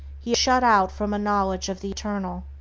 he is shut out from a knowledge of the eternal.